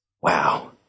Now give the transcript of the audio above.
Wow